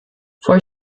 for